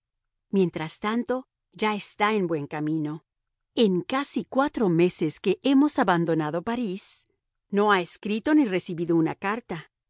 mientras tanto ya está en buen camino en casi cuatro meses que hemos abandonado parís no ha escrito ni recibido una carta